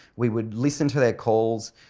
we would listen to their calls,